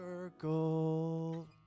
circle